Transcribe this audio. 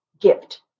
gift